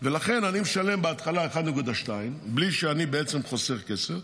לכן אני משלם בהתחלה 1.2, בלי שאני בעצם חוסך כסף.